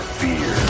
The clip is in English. fear